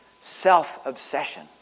self-obsession